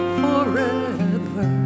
forever